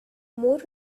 more